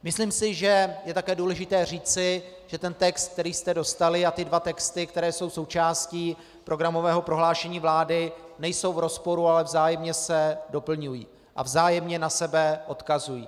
Myslím si, že je také důležité říci, že ten text, který jste dostali, a ty dva texty, které jsou součástí programového prohlášení vlády, nejsou v rozporu, ale vzájemně se doplňují a vzájemně na sebe odkazují.